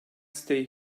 stay